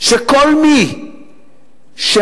שכל מי שמנסה,